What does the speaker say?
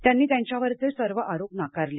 त्यांनी त्यांच्यावरचे सर्व आरोप नाकारले